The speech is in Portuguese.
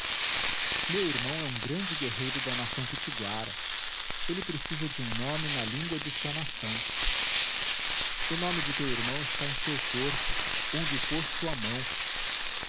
meu irmão é um grande guerreiro da nação pitiguara ele precisa de um nome na língua de sua nação o nome de teu irmão está em seu corpo onde o pôs tua mão